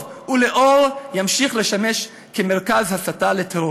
ולאור ימשיך לשמש כמרכז הסתה לטרור.